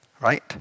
right